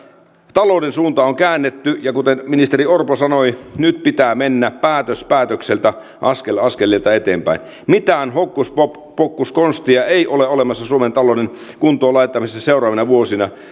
talouden suunta on käännetty ja kuten ministeri orpo sanoi nyt pitää mennä päätös päätökseltä askel askelelta eteenpäin mitään hokkuspokkuskonstia ei ole olemassa suomen talouden kuntoon laittamiseen seuraavina vuosina